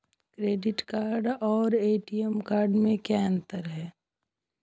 Credit card और ATM card में क्या अंतर है?